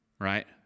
right